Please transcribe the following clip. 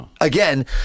Again